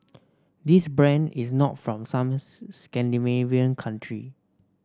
this brand is not from some Scandinavian country